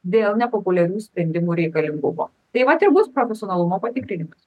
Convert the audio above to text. dėl nepopuliarių sprendimų reikalingumo taip vat ir bus profesionalumo patikrinimas